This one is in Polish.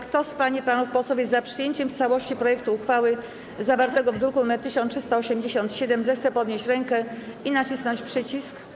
Kto z pań i panów posłów jest za przyjęciem w całości projektu uchwały zawartego w druku nr 1387, zechce podnieść rękę i nacisnąć przycisk.